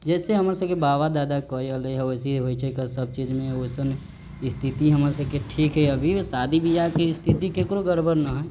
जइसे हमरसबके बाबा दादा कऽ अलै ह वैसे ही होइ छै कऽ सबचीज मे वैसन स्थिति हमरसबके ठीक है अभी शादी बियाह के स्थिति केकरो गड़बड़ न है